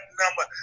number